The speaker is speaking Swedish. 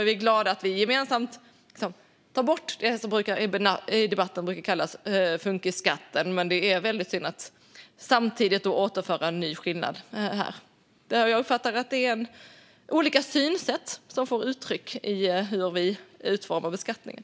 Vi är glada att vi gemensamt tar bort det som i debatten brukar kallas funkisskatten. Men det är väldigt synd att det samtidigt återförs en ny skillnad i detta sammanhang. Jag uppfattar att det är olika synsätt som tar sig uttryck i hur vi utformar beskattningen.